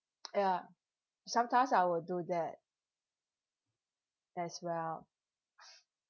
ya sometimes I will do that as well